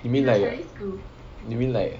you mean like you mean like